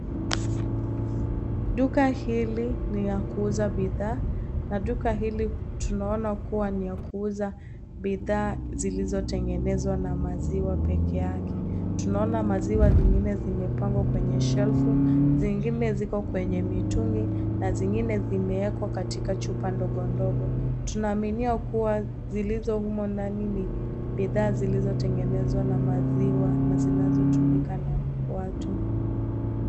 Duka hiki ni ya kuuza bidhaa na duka hili tunaona kuwa ni la kuuza bidhaa zilizotengenezwa na maziwa peke yake. Tunaona maziwa zingine zimepangwa kwenye shelfu zingine ziko kwenye mitungi na zingine zimeekwa katika chupa mdogo ndogo, tunaaminia kuwa zilizo humo ndani ni bidhaa zilizotengenezwa na maziwa na zinazotumika na watu.